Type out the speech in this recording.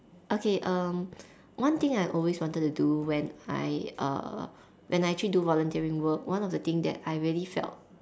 okay um one thing I always wanted to do when I uh when I actually do volunteering work one of the thing that I really felt